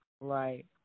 Right